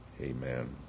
Amen